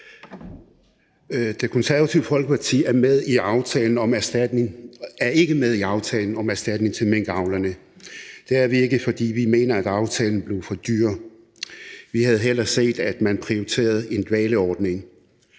Det Konservative Folkeparti er ikke med i aftalen om erstatning til minkavlerne. Det er vi ikke, fordi vi mener, at aftalen blev for dyr. Vi havde hellere set, at man prioriterede en dvaleordning.